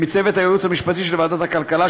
מצוות הייעוץ המשפטי של ועדת הכלכלה,